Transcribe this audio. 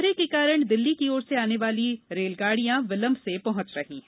कोहरे के कारण दिल्ली की ओर से आने वाली रेलगाडियां विलंब से पहुंच रही है